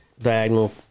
Diagonal